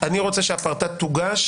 אני רוצה שהפרטה תוגש